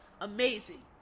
amazing